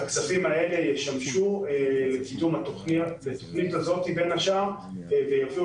הכספים האלה ישמשו לקידום התכנית הזאת ויביאו